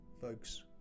folks